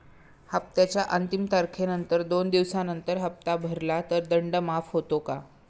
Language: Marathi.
हप्त्याच्या अंतिम तारखेनंतर दोन दिवसानंतर हप्ता भरला तर दंड माफ होतो का?